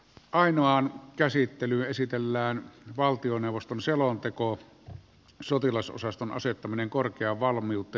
ainoan käsittelyä esitellään valtioneuvoston selonteko sotilasosaston asettaminen korkea valmiutta